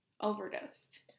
overdosed